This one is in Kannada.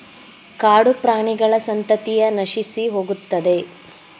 ಕಾಡುಪ್ರಾಣಿಗಳ ಸಂತತಿಯ ನಶಿಸಿಹೋಗುತ್ತದೆ